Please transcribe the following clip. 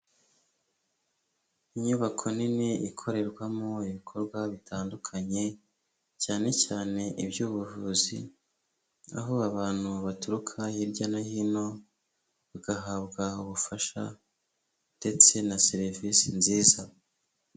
Inyubako nini ikorerwamo ibikorwa bitandukanye, cyane cyane iby'ubuvuzi, aho abantu baturuka hirya no hino bagahabwa ubufasha ndetse na serivisi nziza.